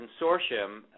consortium